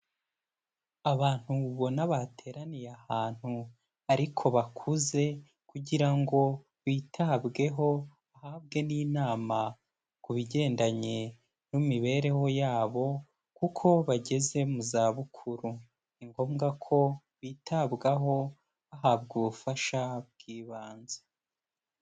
Abantu ubona bateraniye ahantu ariko bakuze kugira ngo bitabweho bahabwe n'inama ku bigendanye n'imibereho yabo kuko bageze mu za bukuru, ni ngombwa ko bitabwaho bahabwa ubufasha bw'ibanze.